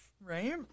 Right